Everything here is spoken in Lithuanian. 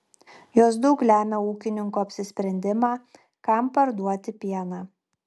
jos daug lemia ūkininko apsisprendimą kam parduoti pieną